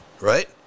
right